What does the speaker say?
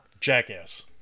Jackass